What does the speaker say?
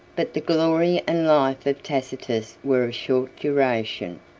but the glory and life of tacitus were of short duration.